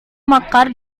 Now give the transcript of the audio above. mekar